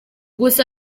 gusa